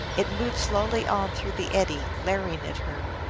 it moved slowly on through the eddy, glaring at her.